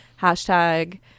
hashtag